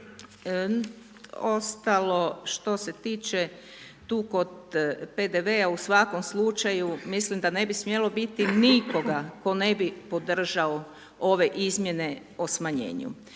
Ostalo, što se tiče tu kod PDV-a u svakom slučaju, mislim da ne bi nikoga tko ne bi podržao ove izmjene o smanjenju.